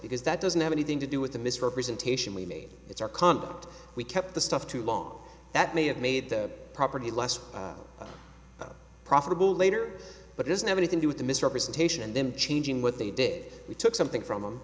because that doesn't have anything to do with the misrepresentation we made it's our concept we kept the stuff too long that may have made the property less profitable later but it doesn't have anything do with the misrepresentation and them changing what they did we took something from them